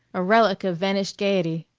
a relic of vanished gaiety!